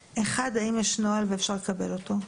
שאלה ראשונה, האם יש נוהל והאם אפשר לקבל אותו?